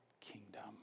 kingdom